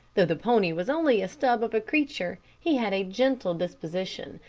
though the pony was only a scrub of a creature, he had a gentle disposition,